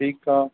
ठीकु आहे